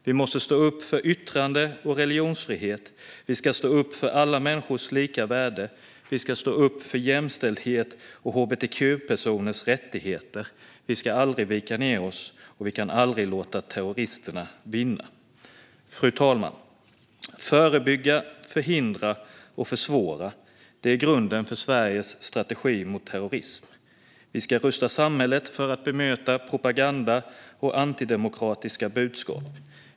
Vi ska stå upp för yttrande och religionsfrihet, och vi ska stå upp för alla människors lika värde. Vi ska stå upp för jämställdhet och hbtq-personers rättigheter. Vi ska aldrig vika ned oss, och vi kan aldrig låta terroristerna vinna. Fru talman! Att förebygga, förhindra och försvåra är grunden för Sveriges strategi mot terrorism. Vi ska rusta samhället för att bemöta propaganda och antidemokratiska budskap.